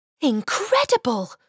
Incredible